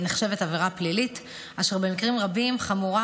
נחשבת עבירה פלילית אשר במקרים רבים חמורה